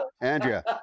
Andrea